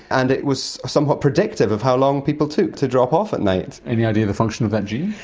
and it was somewhat predictive of how long people took to drop off at night. any idea of the function of that gene?